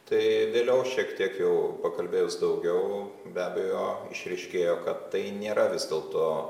tai vėliau šiek tiek jau pakalbėjus daugiau be abejo išryškėjo kad tai nėra vis dėlto